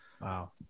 Wow